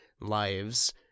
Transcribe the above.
lives